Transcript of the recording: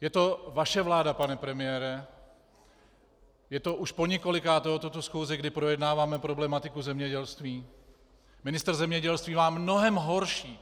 Je to vaše vláda, pane premiére, je to už poněkolikáté tuto schůzi, kdy projednáváme problematiku zemědělství, ministr zemědělství má mnohem horší